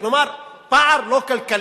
נאמר: פער לא כלכלי.